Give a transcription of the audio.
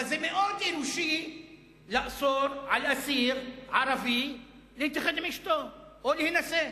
אבל זה מאוד אנושי לאסור על אסיר ערבי להתייחד עם אשתו או להינשא.